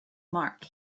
mark